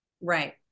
Right